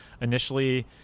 initially